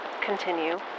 Continue